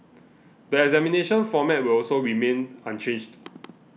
the examination format will also remain unchanged